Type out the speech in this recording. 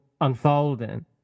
unfolding